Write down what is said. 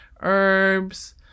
herbs